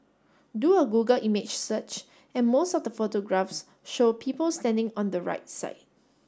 do a Google image search and most of the photographs show people standing on the right side